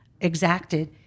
exacted